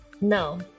No